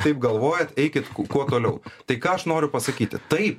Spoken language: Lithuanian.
taip galvojat eikit kuo toliau tai ką aš noriu pasakyti taip